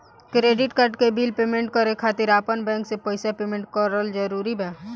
Credit card के bill payment करे खातिर आपन बैंक से पईसा पेमेंट करल जरूरी बा?